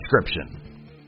description